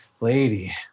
Lady